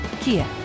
Kia